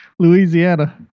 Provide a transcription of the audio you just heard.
Louisiana